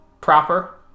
proper